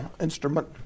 instrument